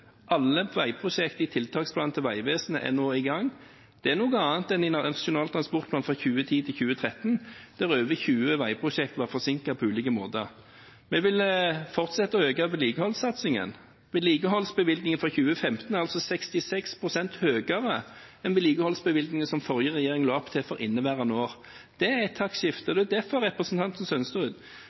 Alle veiprosjekt i tiltaksplanen til Vegvesenet er nå i gang. Det er noe annet enn i Nasjonal transportplan for 2010–2013, der over 20 veiprosjekt var forsinket på ulike måter. Vi vil fortsette å øke vedlikeholdssatsingen. Vedlikeholdsbevilgningen for 2015 er 66 pst. større enn vedlikeholdsbevilgningen som den forrige regjeringen la opp til for inneværende år. Det er et taktskifte, og det er derfor representanten